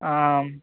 आम्